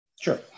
Sure